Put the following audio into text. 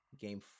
game